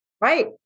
right